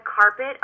carpet